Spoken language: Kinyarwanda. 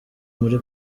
muri